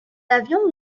avion